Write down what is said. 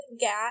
Gat